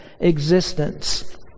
existence